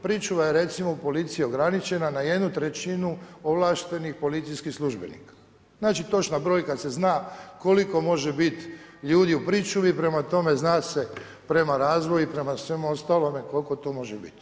Pričuva je recimo u policiji ograničena na 1/3 ovlaštenih policijskih službenika, znači točna brojka se zna koliko može biti ljudi u pričuvi, prema tome zna se prema razvoju i prema svemu ostalome koliko to može biti.